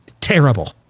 terrible